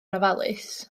ofalus